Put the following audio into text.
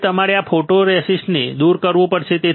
હવે તમારે આ ફોટોરેસિસ્ટને દૂર કરવું પડશે